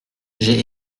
j’ai